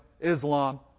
Islam